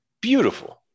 Beautiful